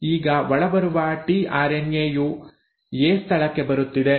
ಈಗ ಒಳಬರುವ tRNA U A ಸ್ಥಳಕ್ಕೆ ಬರುತ್ತಿದೆ